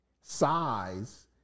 size